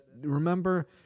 Remember